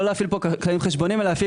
לא להפעיל פה כללים חשבונאיים אלא להפעיל